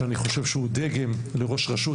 שאני חושב שהוא דגם לראש רשות,